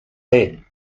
head